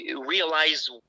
Realize